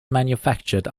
manufactured